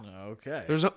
Okay